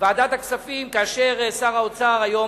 ועדת הכספים, כאשר שר האוצר התקשר